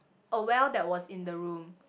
a well that was in the room